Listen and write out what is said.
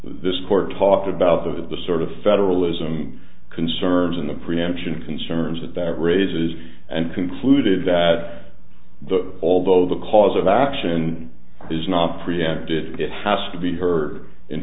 this court talked about the the sort of federalism concerns in the preemption concerns that that raises and concluded that the although the cause of action is not preempted it has to be heard in